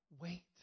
wait